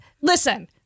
listen